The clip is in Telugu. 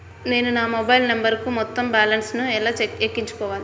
నేను నా మొబైల్ నంబరుకు మొత్తం బాలన్స్ ను ఎలా ఎక్కించుకోవాలి?